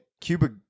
Cuba